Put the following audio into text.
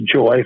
joy